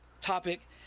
topic